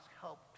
help